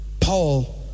Paul